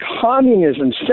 Communism